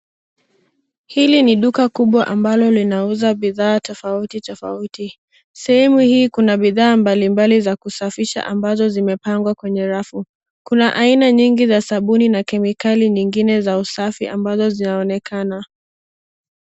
Hili ni duka kubwa ambalo linauza bidhaa tofauti tofauti , sehemu hii kuna bidhaa mbalimbali za kusafisha ambazo zimepangwa kwenye rafu. Kuna aina nyingi za sabuni na kemikali zingine za usafi, ambazo zinaonekana.